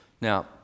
Now